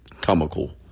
comical